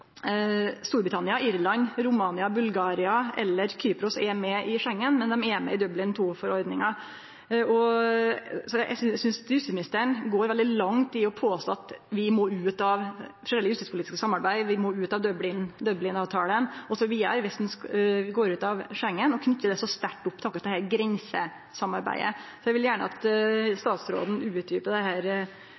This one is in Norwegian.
Storbritannia, Irland, Romania, Bulgaria eller Kypros er med i Schengen, men dei er med i Dublin II-forordninga. Eg synest justisministeren går veldig langt i å påstå at vi må ut av sjølve det justispolitiske samarbeidet, vi må ut av Dublin-avtalen, osv., dersom ein går ut av Schengen, og knyter det så sterkt opp til akkurat dette grensesamarbeidet. Eg vil gjerne at statsråden